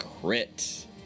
crit